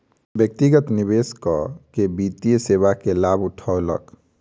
व्यक्ति निवेश कअ के वित्तीय सेवा के लाभ उठौलक